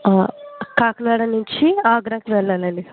కాకినాడ నుంచి ఆగ్రాకి వెళ్ళాలి అండి